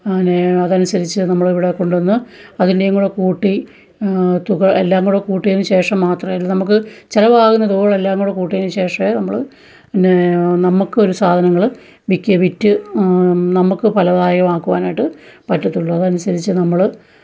അതിന് അതനുസരിച്ച് നമ്മളിവിടെ കൊണ്ട് വന്ന് അതിന്റെയും കൂടെ കൂട്ടി തുക എല്ലാം കൂടെ കൂട്ടിയതിന് ശേഷം മാത്രമേ നമുക്ക് ചെലവാകുന്ന തുകകളെല്ലാം കൂടെ കൂട്ടിയതിന് ശേഷമേ നമ്മള് പിന്നെ നമ്മള്ക്കൊരു സാധനങ്ങള് വിക്കെ വിറ്റ് നമ്മള്ക്ക് ഫലദായകമാക്കുവാനായിട്ട് പറ്റത്തുള്ളൂ അതനുസരിച്ച് നമ്മള്